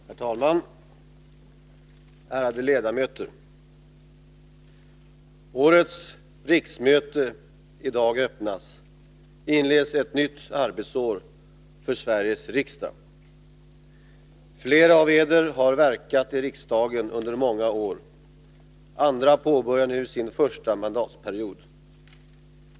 Herr talman, ärade ledamöter! När årets riksmöte i dag öppnas, inleds ett nytt arbetsår för Sveriges riksdag. Flera av eder har verkat i riksdagen under många år, andra påbörjar nu sin första mandatperiod.